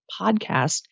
podcast